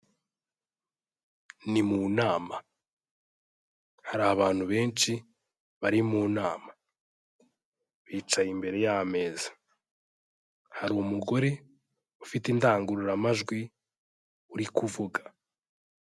Ni mu nama, hari abantu benshi bari mu nama, bicaye imbere y'ameza, hari umugore ufite indangururamajwi uri kuvuga.